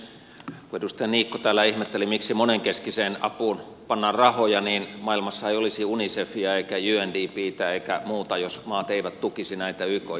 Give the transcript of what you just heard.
kun edustaja niikko täällä ihmetteli miksi monenkeskiseen apuun pannaan rahoja niin maailmassa ei olisi unicefiä eikä undptä eikä muuta jos maat eivät tukisi näitä yk järjestöjä